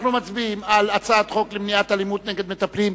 אנחנו מצביעים על הצעת חוק למניעת אלימות נגד מטפלים,